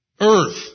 Earth